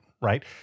Right